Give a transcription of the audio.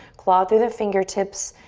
claw through the fingertips.